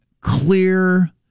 clear